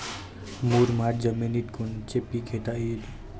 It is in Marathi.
मुरमाड जमिनीत कोनचे पीकं घेता येईन?